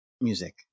music